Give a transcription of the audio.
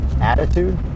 attitude